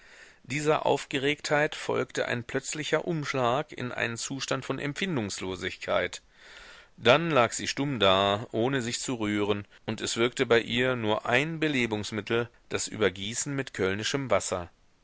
dieser aufgeregtheit folgte ein plötzlicher umschlag in einen zustand von empfindungslosigkeit dann lag sie stumm da ohne sich zu rühren und es wirkte bei ihr nur ein belebungsmittel das übergießen mit kölnischem wasser